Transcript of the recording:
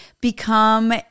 become